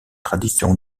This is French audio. tradition